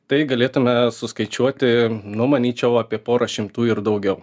tai galėtume suskaičiuoti nu manyčiau apie porą šimtų ir daugiau